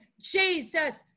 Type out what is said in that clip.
Jesus